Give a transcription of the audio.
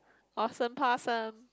awesome possum